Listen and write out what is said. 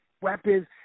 weapons